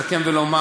לסכם ולומר,